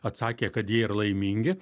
atsakė kad jie yra laimingi